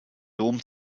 dom